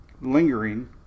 lingering